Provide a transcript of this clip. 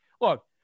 look